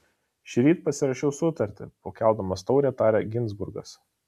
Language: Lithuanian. šįryt pasirašiau sutartį pakeldamas taurę tarė ginzburgas